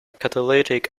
catalytic